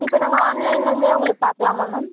இப்போ நாங்கள் ஆன்லைன்லேருந்தே உங்களுக்கு பார்க்கலாமா மேம்